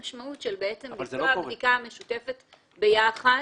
בדיוק כאן המשמעות של ביצוע בדיקה משותפת ביחד.